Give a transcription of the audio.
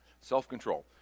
Self-control